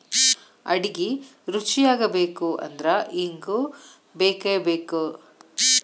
ಅಡಿಗಿ ರುಚಿಯಾಗಬೇಕು ಅಂದ್ರ ಇಂಗು ಬೇಕಬೇಕ